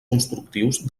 constructius